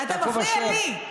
גפני, אתה מפריע לי.